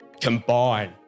combine